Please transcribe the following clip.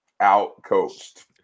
out-coached